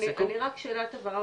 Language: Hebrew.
אני רק שאלת הבהרה,